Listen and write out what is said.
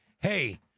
hey